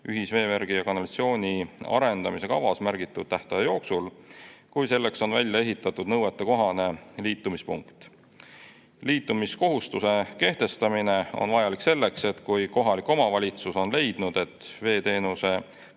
ühisveevärgi ja ‑kanalisatsiooni arendamise kavas märgitud tähtaja jooksul, kui selleks on välja ehitatud nõuetekohane liitumispunkt. Liitumiskohustuse kehtestamine on vajalik selleks, et kui kohalik omavalitsus on leidnud, et veeteenuse